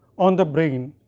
on the brain,